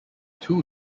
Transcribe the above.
two